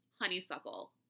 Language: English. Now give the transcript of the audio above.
Honeysuckle